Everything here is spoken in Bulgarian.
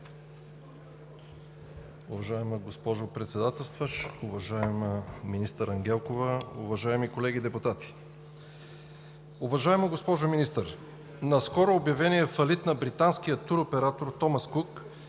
Уважаема госпожо Председателстващ, уважаема министър Ангелкова, уважаеми колеги депутати! Уважаема госпожо Министър, наскоро обявеният фалит на британския туроператор „Томас Кук“